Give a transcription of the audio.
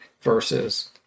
versus